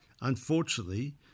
unfortunately